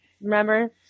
remember